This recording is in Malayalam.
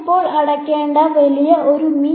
ഇപ്പോൾ നിങ്ങൾ അടയ്ക്കേണ്ട വില ഒരു മി